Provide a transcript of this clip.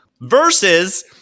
Versus